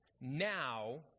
now